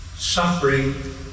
suffering